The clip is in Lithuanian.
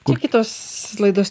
čia kitos laidos